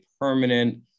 permanent